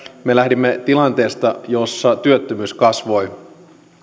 me lähdimme tilanteesta jossa työttömyys kasvoi